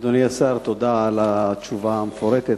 אדוני השר, תודה על התשובה המפורטת.